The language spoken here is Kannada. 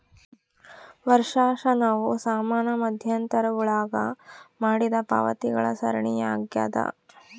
ವರ್ಷಾಶನವು ಸಮಾನ ಮಧ್ಯಂತರಗುಳಾಗ ಮಾಡಿದ ಪಾವತಿಗಳ ಸರಣಿಯಾಗ್ಯದ